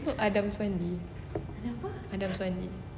do you know adam swandi adam swandi